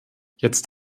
jetzt